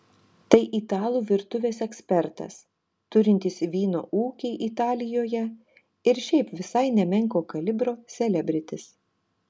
tai italų virtuvės ekspertas turintis vyno ūkį italijoje ir šiaip visai nemenko kalibro selebritis